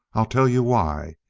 i'll tell you why.